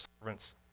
servants